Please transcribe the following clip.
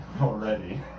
already